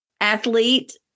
athlete